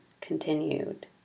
Continued